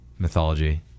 Mythology